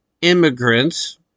immigrants